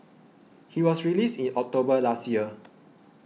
he was released in October last year